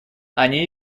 они